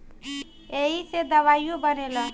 ऐइसे दवाइयो बनेला